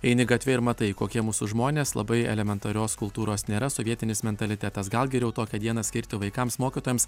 eini gatve ir matai kokie mūsų žmonės labai elementarios kultūros nėra sovietinis mentalitetas gal geriau tokią dieną skirti vaikams mokytojams